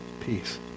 peace